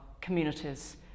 communities